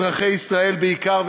אזרחי ישראל בעיקר,